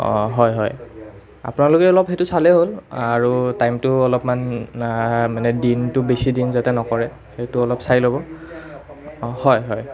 অঁ হয় হয় আপোনালোকে অলপ সেইটো চালেই হ'ল আৰু টাইমটো অলপমান মানে দিনটো বেছিদিন যাতে নকৰে সেইটো অলপ চাই ল'ব হয় হয়